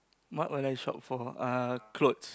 what will I shop for uh clothes